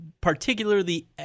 Particularly